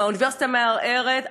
האוניברסיטה מערערת,